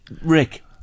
Rick